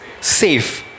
safe